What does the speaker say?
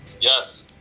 yes